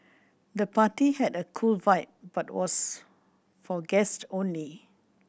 the party had a cool vibe but was for guest only